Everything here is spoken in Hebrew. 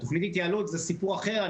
תוכנית ההתייעלות זה סיפור אחר,